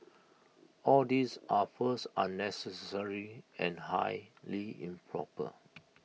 all these are first unnecessary and highly improper